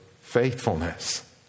faithfulness